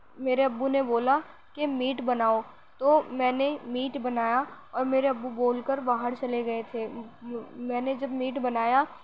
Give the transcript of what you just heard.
میرے ابو نے بولا کہ میٹ بناؤ تو میں نے میٹ بنایا اور میرے ابو بول کر باہر چلے گئے تھے میں نے جب میٹ بنایا